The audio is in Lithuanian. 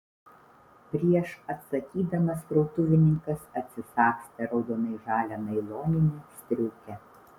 prieš atsakydamas krautuvininkas atsisagstė raudonai žalią nailoninę striukę